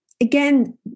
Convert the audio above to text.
again